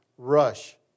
rush